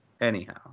Anyhow